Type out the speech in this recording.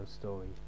story